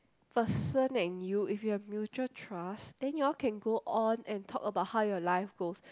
person and you if you have mutual trust then you all can go on and talk about how your life goes